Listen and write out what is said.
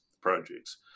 projects